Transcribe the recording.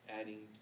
adding